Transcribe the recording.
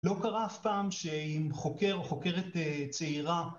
לא קרה אף פעם שאם חוקר או חוקרת צעירה